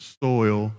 soil